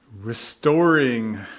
restoring